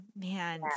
Man